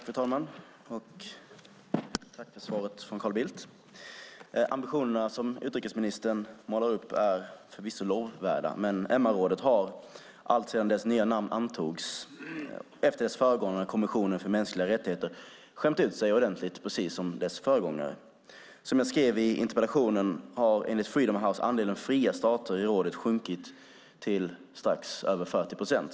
Fru talman! Jag får tacka för svaret från Carl Bildt. Ambitionerna som utrikesministern målar upp är förvisso lovvärda, men MR-rådet har allt sedan dess nya namn antogs efter dess föregångare Kommissionen för mänskliga rättigheter skämt ut sig ordentligt precis som sin föregångare. Som jag skrev i interpellationen har enligt Freedom House andelen fria stater i rådet sjunkit till strax över 40 procent.